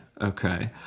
Okay